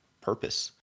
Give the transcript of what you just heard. purpose